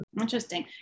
Interesting